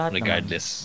regardless